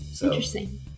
Interesting